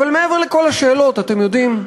אבל מעבר לכל השאלות, אתם יודעים,